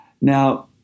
Now